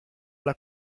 alla